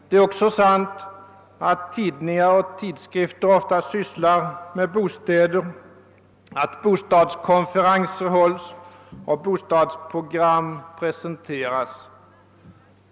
Det är även sant att tidningar och tidskrifter ofta sysslar med bostäder, att bostadskonferenser hålls och att bostadsprogram presenteras.